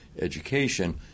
education